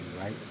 right